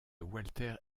walter